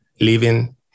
living